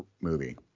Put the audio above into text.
movie